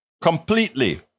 completely